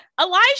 Elijah